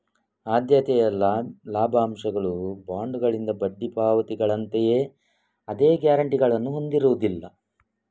ಆದ್ಯತೆಯ ಲಾಭಾಂಶಗಳು ಬಾಂಡುಗಳಿಂದ ಬಡ್ಡಿ ಪಾವತಿಗಳಂತೆಯೇ ಅದೇ ಗ್ಯಾರಂಟಿಗಳನ್ನು ಹೊಂದಿರುವುದಿಲ್ಲ